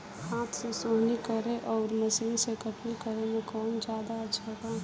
हाथ से सोहनी करे आउर मशीन से कटनी करे मे कौन जादे अच्छा बा?